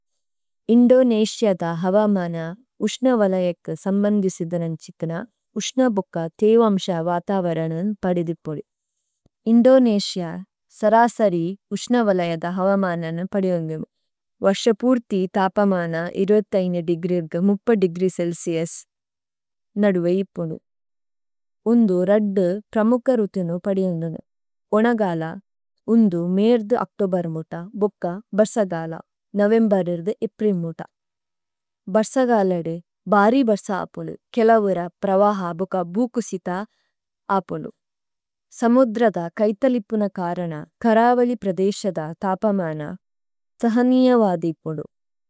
Indonesia ദാ ഹവമാനാ ഉഷ്ണവലയേക സമന്ഗി സിദ്ധ നമ്ചികന ഉഷ്ണബുകാ തേവാമ്ഷാ വാതാവരന പഡ़ിദി പുല। ഇന്ഡോനേശ്യാ സരാസരീ ഉഷ്ണവലയേദ ഹവമാനന പഡ़ിഓനന। വര്ഷപൂര്തീ താപമാനാ ഇരുപത് അഞ്ച് ദിഗ്രീര്ഗ മുപ്പത് ദിഗ്രീ സേല്സീയസ നഡുവൈ ഇപന। ഉന്ദു രഡ്ഡ പ്രമുകരുത്വനു പഡ़ിഓനനു। ഉനഗാലാ ഉന്ദു മേര്ദ അക്ടോബര മുടാ, ബുകാ ബര്സഗാലാ, നവയമബരര്ദ ഇപ്രിമ്മുടാ। ബര്സഗാലാഡു ബാരീ ബര്സാപുലു, കലവര പരവാഹാ ബുകാ ബൂകുസിതാ ആപുലു। സമുദ്രദ കഈതലിപ്പുന കാരണാ, കരാവലീ പ്രദേശദാ താപമാനാ, സഹനിയവാധീ പുലു।